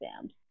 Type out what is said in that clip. exams